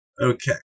okay